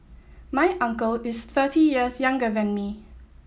my uncle is thirty years younger than me